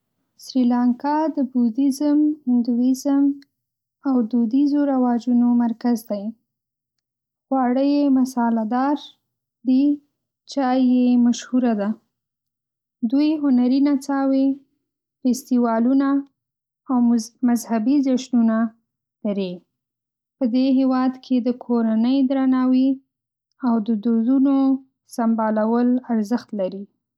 سریلانکا د بودیزم، هندوییزم او دودیزو رواجونو مرکز دی. خواړه یې مساله‌دار دي، چای‌یې مشهوره ده. دوی هنري نڅاوې، فستیوالونه، او مذهبي جشنونه لري. په دې هېواد کې د کورنۍ درناوي او د دودونو سمبالول ارزښت لري.